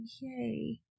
yay